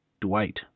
Dwight